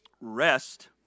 rest